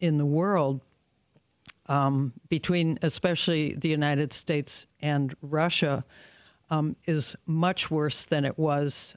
in the world between especially the united states and russia is much worse than it was